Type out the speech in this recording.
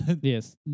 Yes